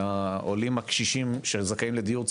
העולים הקשישים שזכאים לדיור ציבורי,